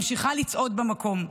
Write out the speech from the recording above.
ממשיכה לצעוד במקום.